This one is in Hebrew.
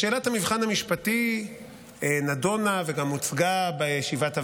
שאלת המבחן המשפטי נדונה וגם הוצגה בישיבת הוועדה.